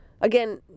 again